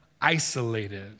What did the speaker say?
isolated